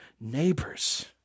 neighbors